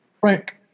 Frank